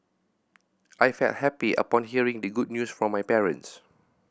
I felt happy upon hearing the good news from my parents